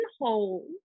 hold